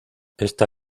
esta